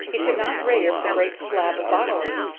he could not raise the great slab bodily,